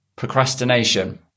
Procrastination